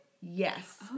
Yes